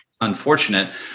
unfortunate